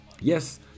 Yes